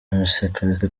mccarthy